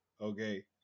Okay